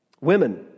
Women